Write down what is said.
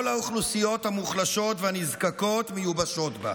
כל האוכלוסיות המוחלשות והנזקקות מיובשות בה: